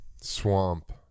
swamp